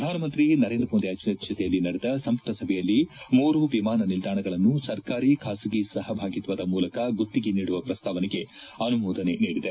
ಪ್ರಧಾನಮಂತ್ರಿ ನರೇಂದ್ರ ಮೋದಿ ಅಧ್ಯಕ್ಷತೆಯಲ್ಲಿ ನಡೆದ ಸಂಪುಟ ಸಭೆಯಲ್ಲಿ ಮೂರು ವಿಮಾನ ನಿಲ್ದಾಣಗಳನ್ನು ಸರ್ಕಾರಿ ಬಾಸಗಿ ಸಹಭಾಗಿತ್ವದ ಮೂಲಕ ಗುತ್ತಿಗೆ ನೀಡುವ ಪ್ರಸ್ತಾವನೆಗೆ ಅನುಮೋದನೆ ನೀಡಿದೆ